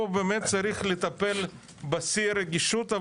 פה באמת צריך לטפל בשיא הרגישות,